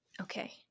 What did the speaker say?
Okay